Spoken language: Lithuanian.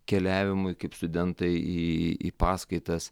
keliavimui kaip studentai į į paskaitas